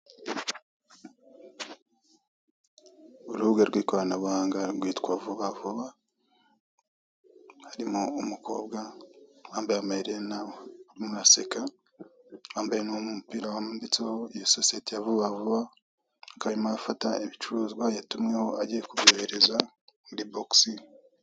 Urubuga rw'ikoranabuhanga rwitwa vuba vuba, harimo umukobwa wambaye amaherena urimo uraseka, wambaye n'umupira wanditseho iyo sosiyete ya vuba vuba. Akaba arimo arafata ibicuruzwa yatumweho agiye kubyohereza muri bogisi.